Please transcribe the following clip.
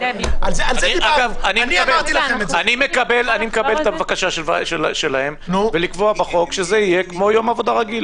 אני מקבל את הבקשה שלהם ולקבוע בחוק שזה יהיה כמו יום עבודה רגיל,